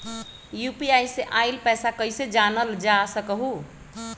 UPI से आईल पैसा कईसे जानल जा सकहु?